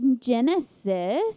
Genesis